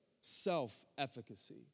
self-efficacy